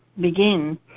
begin